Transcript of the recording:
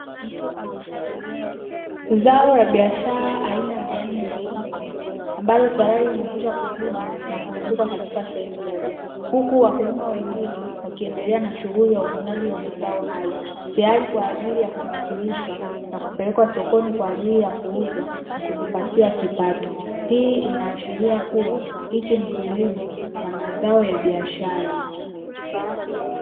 Zao la baishara aina ya viazi mviringo, ambalo tayari limekwisha kuvunwa na kulundikwa katika sehemu moja; huku wakulima wengine wakienedelea na shughuli ya uvunaji wa mazao hayo, tayari kwa ajili ya kusafirishwa na kupelekwa sokoni kwa ajili ya kuuzwa na kujipatia kipato. Hii inaashiria kuwa, hichi ni kilimo cha mazao ya biashara.